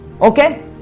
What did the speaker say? Okay